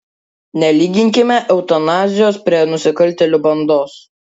nelyginkime eutanazijos prie nusikaltėlių bandos